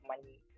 money